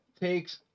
takes